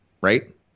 right